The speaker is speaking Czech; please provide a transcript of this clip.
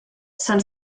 jsem